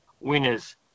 winners